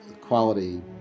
quality